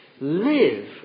Live